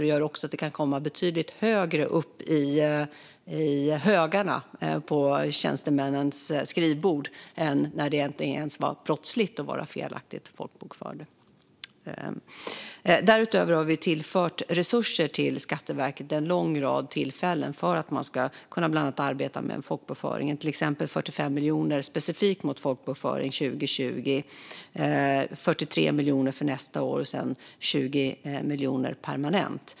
Det gör också att det kan komma betydligt högre upp i högarna på tjänstemännens skrivbord än när det inte ens var brottsligt att vara felaktigt folkbokförd. Därutöver har vi vid en lång rad tillfällen tillfört resurser till Skatteverket för att man bland annat ska kunna arbeta med folkbokföringen. Det handlar till exempel om 45 miljoner specifikt till folkbokföringen år 2020. För nästa år blir det 43 miljoner, och sedan blir det 20 miljoner permanent.